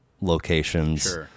locations